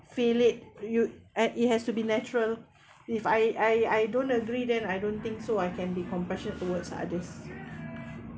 feel it you and it has to be natural if I I I don't agree then I don't think so I can be compassionate towards others